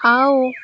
ଆଉ